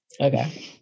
Okay